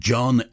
John